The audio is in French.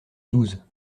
douze